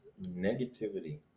Negativity